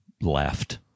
left